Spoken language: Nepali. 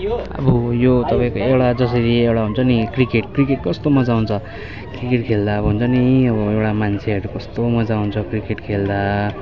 अब यो तपाईँको एउटा जसरी एउटा हुन्छ नि क्रिकेट क्रिकेट कस्तो मज्जा आउँछ क्रिकेट खेल्दा अब हुन्छ नि अब एउटा मान्छेहरू कस्तो मज्जा आउँछ क्रिकेट खेल्दा